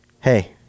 hey –